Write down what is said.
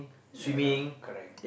ya lah correct